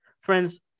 Friends